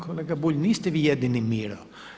Kolega Bulj niste vi jedini Miro.